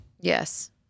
Yes